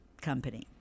Company